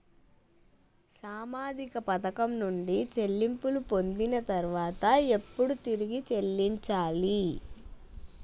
సామాజిక పథకం నుండి చెల్లింపులు పొందిన తర్వాత ఎప్పుడు తిరిగి చెల్లించాలి?